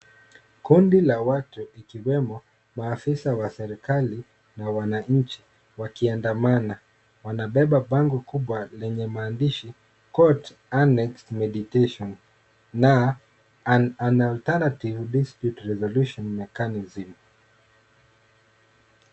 Kundi la watu ikiwemo maafisa wa serikali wakiandamana. Wanaebeba bamgo kubwa lenye maandishi court annex meditation na unalternative dispute resolution mechanism .